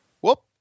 whoop